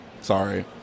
Sorry